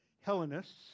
Hellenists